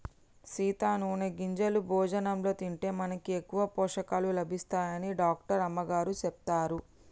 సీత నూనె గింజలు భోజనంలో తింటే మనకి ఎక్కువ పోషకాలు లభిస్తాయని డాక్టర్ అమ్మగారు సెప్పారు